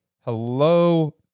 Hello